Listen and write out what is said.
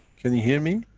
can you hear me?